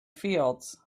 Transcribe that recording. fields